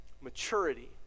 Maturity